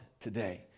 today